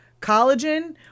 collagen